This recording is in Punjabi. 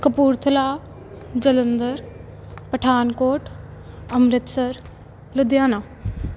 ਕਪੂਰਥਲਾ ਜਲੰਧਰ ਪਠਾਨਕੋਟ ਅੰਮ੍ਰਿਤਸਰ ਲੁਧਿਆਣਾ